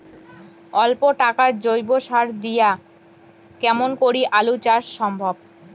অল্প টাকার জৈব সার দিয়া কেমন করি আলু চাষ সম্ভব?